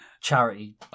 charity